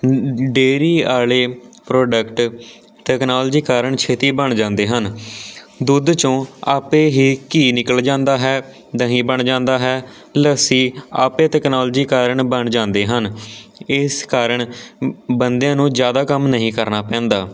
dairy ਵਾਲੇ product technology ਕਾਰਨ ਛੇਤੀ ਬਣ ਜਾਂਦੇ ਹਨ ਦੁੱਧ 'ਚੋਂ ਆਪੇ ਹੀ ਘੀ ਨਿਕਲ ਜਾਂਦਾ ਹੈ ਦਹੀਂ ਬਣ ਜਾਂਦਾ ਹੈ ਲੱਸੀ ਆਪੇ ਤਕਨੋਲਜੀ ਕਾਰਨ ਬਣ ਜਾਂਦੇ ਹਨ ਇਸ ਕਾਰਨ ਬੰਦਿਆਂ ਨੂੰ ਜ਼ਿਆਦਾ ਕੰਮ ਨਹੀਂ ਕਰਨਾ ਪੈਂਦਾ